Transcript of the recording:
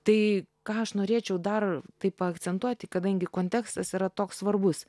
tai ką aš norėčiau dar taip paakcentuoti kadangi kontekstas yra toks svarbus